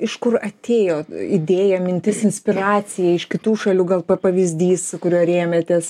iš kur atėjo idėja mintis inspiracija iš kitų šalių gal pavyzdys kuriuo rėmėtės